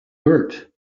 hurt